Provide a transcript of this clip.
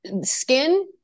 skin